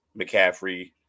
McCaffrey